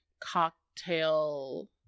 cocktail